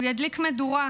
הוא ידליק מדורה,